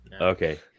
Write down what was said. okay